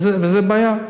וזה בעיה.